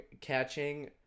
catching